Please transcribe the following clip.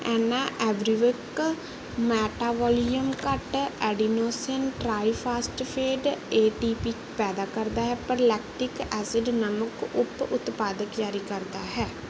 anaerobic metabolism ਘੱਟ adenosine triphosphate ATP ਪੈਦਾ ਕਰਦਾ ਹੈ ਪਰ ਲੈਕਟਿਕ ਐਸਿਡ ਨਾਮਕ ਉਪਉਤਪਾਦ ਜਾਰੀ ਕਰਦਾ ਹੈ